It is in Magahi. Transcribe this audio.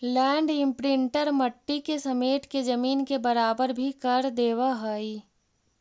लैंड इम्प्रिंटर मट्टी के समेट के जमीन के बराबर भी कर देवऽ हई